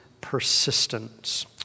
persistence